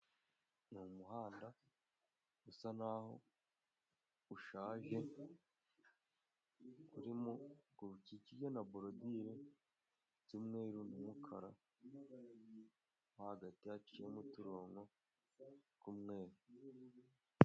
Umuhanda usa n'aho ushaje ukikije na bolodire z'umweruru n'umukara, nko hagati haciyemo uturongo tw'umweru.